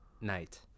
night